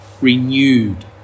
renewed